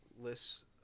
lists